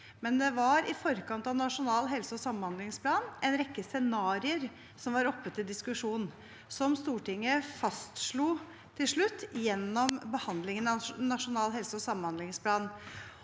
sykehus. I forkant av Nasjonal helseog samhandlingsplan var det en rekke scenarioer som var oppe til diskusjon, som Stortinget til slutt fastslo gjennom behandlingen av Nasjonal helse- og samhandlingsplan.